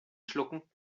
schlucken